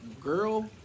girl